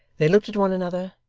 they looked at one another,